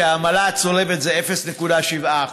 העמלה הצולבת היא 0.7%,